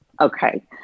Okay